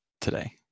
today